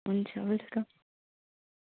हुन्छ वेलकम